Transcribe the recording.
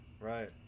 Right